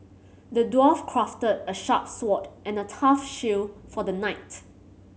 the dwarf crafted a sharp sword and a tough shield for the knight